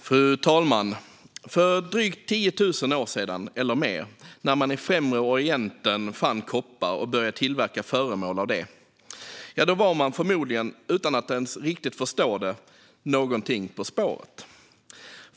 Fru talman! För drygt 10 000 år sedan eller mer, när man i Främre Orienten fann koppar och började tillverka föremål av det, var man förmodligen utan att ens riktigt förstå det någonting på spåret.